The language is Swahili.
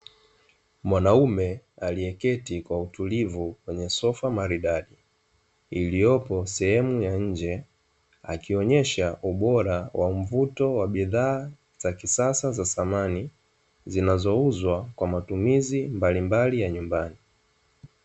Mwanaume aliyeketi kwa utulivu kwenye sofa maridadi, iliyopo sehemu ya nje akionyesha ubora wa mvuto wa bidhaa za kisasa za samani zinazouzwa kwa matumizi mbalimbali ya nyumbani.